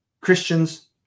Christians